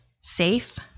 safe